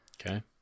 Okay